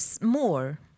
more